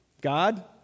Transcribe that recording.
God